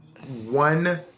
One